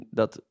dat